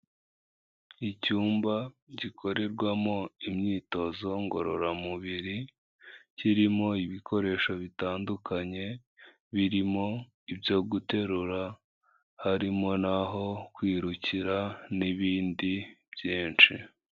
Icyumba gikorerwamo imyitozo ngororamubiri kirimo ibikoresho bitandukanye birimo ibyo guterura, harimo n'aho kwirukira n'ibindi byinshi.